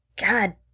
god